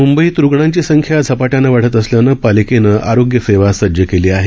मुंबईत रुग्णांची संख्या झपाट्यानं वाढत असल्यानं पालिकेनं आरोग्यसेवा सज्ज केली आहे